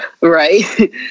right